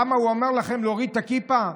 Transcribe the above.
למה הוא אומר לכם להוריד את הכיפה?